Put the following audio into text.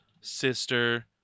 sister